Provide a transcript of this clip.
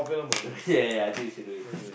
ya ya ya I think you should do it